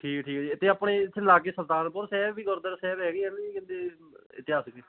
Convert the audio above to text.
ਠੀਕ ਠੀਕ ਆ ਜੀ ਅਤੇ ਆਪਣੇ ਇੱਥੇ ਲਾਗੇ ਸੁਲਤਾਨਪੁਰ ਸਾਹਿਬ ਵੀ ਗੁਰਦੁਆਰਾ ਸਾਹਿਬ ਹੈਗੇ ਆ ਨਾ ਜੀ ਇਤਿਹਾਸਿਕ